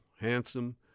handsome